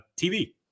TV